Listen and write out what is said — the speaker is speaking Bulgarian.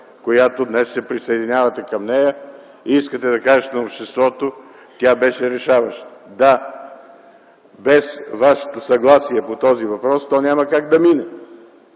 която днес се присъединявате и искате да кажете на обществото, че тя беше решаваща. Да, без вашето съгласие по този въпрос то няма как да мине.